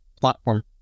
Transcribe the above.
platform